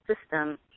system